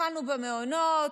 התחלנו במעונות,